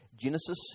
Genesis